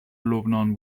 لبنان